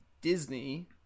Disney